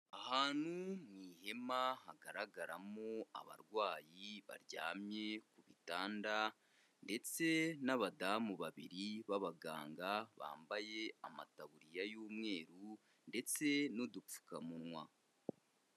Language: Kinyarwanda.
Ahantu mu ihema hagaragaramo abarwayi baryamye ku bitanda ndetse n'abadamu babiri b'abaganga bambaye amataburiya y'umweru ndetse n'udupfukamunwa.